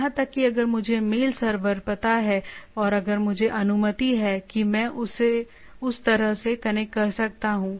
यहां तक कि अगर मुझे मेल सर्वर पता है और अगर मुझे अनुमति है कि मैं उस तरह से कनेक्ट कर सकता हूं